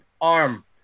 arm